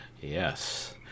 Yes